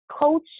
coach